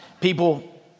People